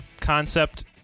concept